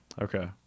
okay